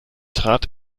trat